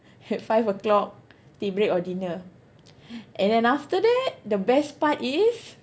at five O'clock tea break or dinner and then after that the best part is